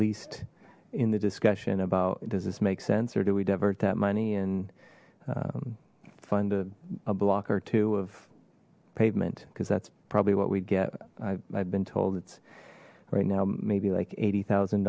least in the discussion about does this make sense or do we divert that money and find a block or two of pavement because that's probably what we'd get i've been told it's right now maybe like eighty thousand